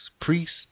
priests